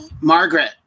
Margaret